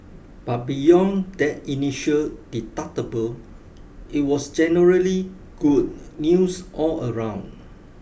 but beyond that initial deductible it was generally good news all round